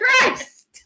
Christ